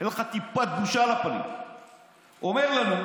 אין לך טיפת בושה על הפנים.